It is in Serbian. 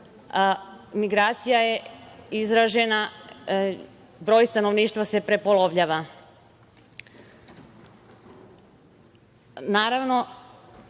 migracija je izražena, broj stanovništva se prepolovljava. Naravno,